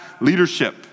leadership